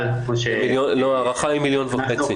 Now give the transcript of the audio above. ההערכה היא 1.5 מיליון.